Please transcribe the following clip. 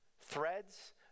threads